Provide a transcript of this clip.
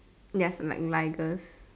yes in like ligers